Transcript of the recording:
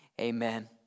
amen